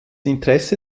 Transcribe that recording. interesse